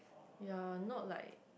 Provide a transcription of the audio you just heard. ya not like